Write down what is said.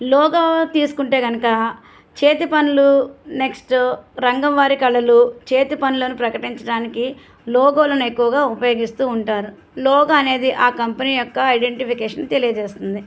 logo తీసుకుంటే గనుక చేతిపనులు నెక్స్టు రంగం వారి కళలు చేతి పనులను ప్రకటించడానికి లోగోలను ఎక్కువగా ఉపయోగిస్తూ ఉంటారు లోగో అనేది ఆ కంపెనీ యొక్క ఐడెంటిఫికేషన్ తెలియచేస్తుంది